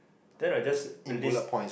then I just list